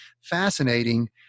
fascinating